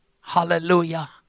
Hallelujah